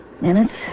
Minutes